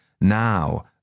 Now